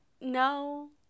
No